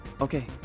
Okay